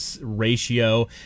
ratio